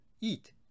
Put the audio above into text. Eat